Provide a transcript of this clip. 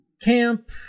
camp